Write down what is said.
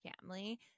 family